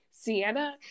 Sienna